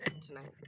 tonight